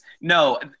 No